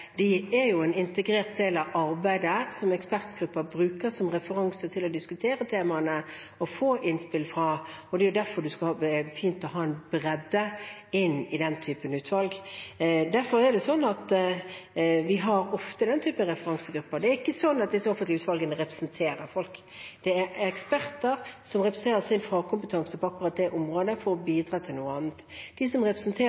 De er en integrert del av arbeidet som ekspertgrupper bruker som referanse til å diskutere temaene og få innspill fra. Det er derfor det er fint å ha en bredde i den typen utvalg. Derfor har vi ofte den typen referansegrupper. Det er ikke slik at disse offentlige utvalgene representerer folk. Det er eksperter som representerer sin fagkompetanse på akkurat det området for å bidra til noe annet. De som representerer